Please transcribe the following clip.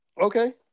Okay